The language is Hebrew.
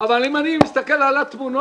אבל אם אני מסתכל על התמונות,